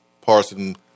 Parson